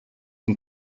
and